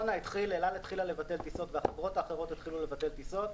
התחילה לבטל טיסות והחברות האחרות התחילו לבטל טיסות